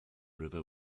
river